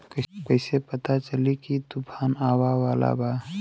कइसे पता चली की तूफान आवा वाला बा?